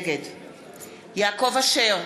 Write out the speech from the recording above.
נגד יעקב אשר,